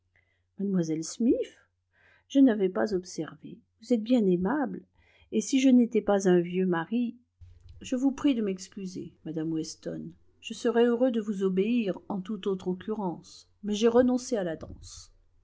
mlle smith je n'avais pas observé vous êtes bien aimable et si je n'étais pas un vieux mari je vous prie de m'excuser madame weston je serais heureux de vous obéir en toute autre occurrence mais j'ai renoncé à la danse